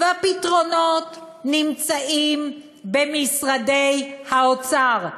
והפתרונות נמצאים במשרדי האוצר.